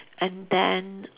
and then